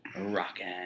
Rocking